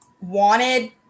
wanted